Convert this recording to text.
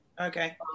okay